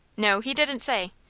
no he didn't say.